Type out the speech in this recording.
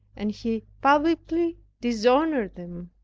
and he publicly dishonored them.